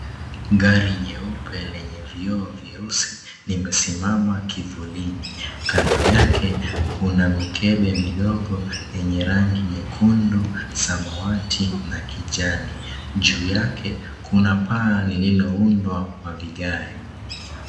Gari nyeupe lenye vioo vyeusi, limesimama kivulini. Kando yake, kuna mikebe midogo yenye rangi nyekundu, samawati na kijani. Juu yake, kuna paa lililoundwa kwa vigae.